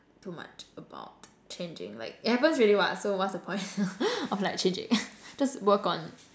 too much about changing like it happens already [what] so what's the point of like changing just work on